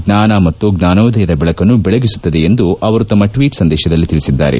ಜ್ಞಾನ ಮತ್ತು ಜ್ಞಾನೋದಯದ ಬೆಳಕನ್ನು ಬೆಳಗಿಸುತ್ತದೆ ಎಂದು ಅವರು ತಮ್ಮ ಟ್ಲೀಟ್ ಸಂದೇಶದಲ್ಲಿ ತಿಳಿಸಿದ್ದಾರೆ